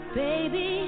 baby